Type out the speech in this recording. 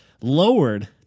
lowered